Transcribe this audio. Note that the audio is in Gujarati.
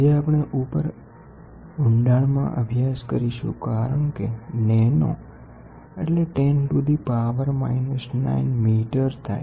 આજે આપણે ઉપર ઊંડાણમાં અભ્યાસ કરીશું કારણ કે નેનો એટલે 10−9 મીટર થાય